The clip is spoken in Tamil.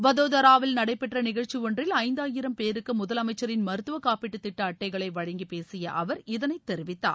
வதோதராவில் நடைபெற்ற நிகழ்ச்சி ஒன்றில் முதலமைச்சரின் மருத்துவக்காப்பீட்டுத் திட்ட அட்டைகளை வழங்கி பேசிய அவர் இதனை தெரிவித்தார்